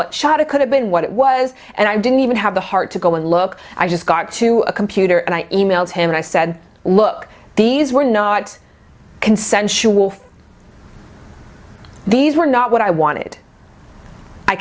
what shot it could have been what it was and i didn't even have the heart to go and look i just got to a computer and i emailed him and i said look these were not consensual these were not what i wanted i